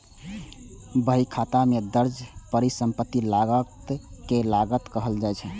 बहीखाता मे दर्ज परिसंपत्ति लागत कें लागत कहल जाइ छै